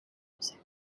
music